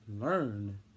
learn